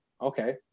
Okay